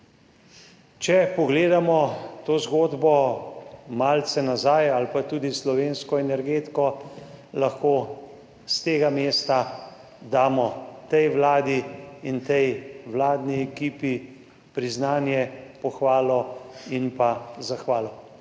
Če pogledamo to zgodbo malce nazaj ali pa tudi slovensko energetiko, lahko s tega mesta damo tej vladi in tej vladni ekipi priznanje, pohvalo in zahvalo.